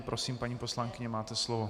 Prosím, paní poslankyně, máte slovo.